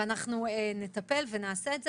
אנחנו נטפל ונעשה את זה.